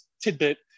tidbit